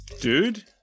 dude